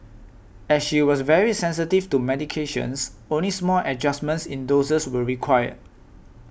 as she was very sensitive to medications only small adjustments in doses were required